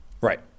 Right